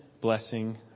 blessing